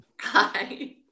Hi